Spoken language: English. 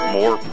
more